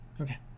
okay